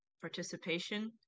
participation